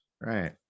Right